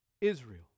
Israel